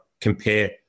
compare